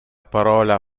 parola